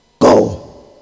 go